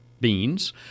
beans